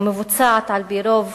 המבוצעת על-פי רוב